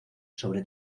sobre